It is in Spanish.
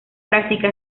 práctica